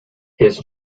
his